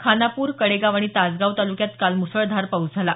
खानापूर कडेगाव आणि तासगांव तालुक्यात काल मुसळधार पाऊस झाला